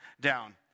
down